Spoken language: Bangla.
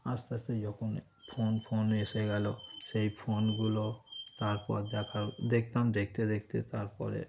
আস্তে আস্তে যখন ফোন ফোন এসে গেল সেই ফোনগুলো তারপর দেখার দেখতাম দেখতে দেখতে তার পরে